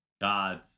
God's